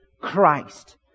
Christ